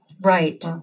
Right